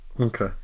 Okay